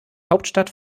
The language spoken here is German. hauptstadt